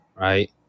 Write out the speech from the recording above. right